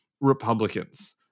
Republicans